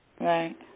Right